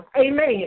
Amen